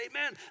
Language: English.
amen